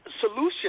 solution